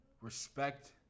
respect